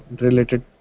related